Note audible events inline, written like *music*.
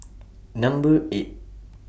*noise* Number eight